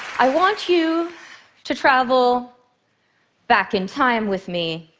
i want you to travel back in time with me,